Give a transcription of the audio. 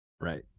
Right